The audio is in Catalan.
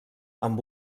amb